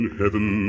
heaven